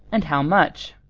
and how much.